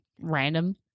Random